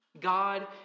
God